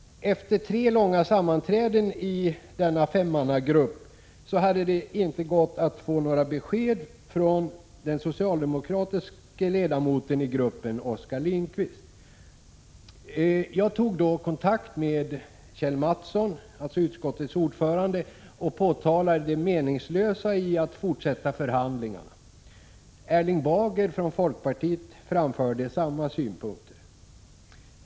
Efter tre långa Sammanträden i denna femmannagrupp hade det inte gått att få några besked från den socialdemokratiske ledamoten i den gruppen Oskar Lindkvist. Jag tog då kontakt med Kjell A. Mattsson, utskottets ordförande, och påtalade det meningslösa i att fortsätta förhandlingarna. Erling Bager från folkpartiet framförde samma synpunkter.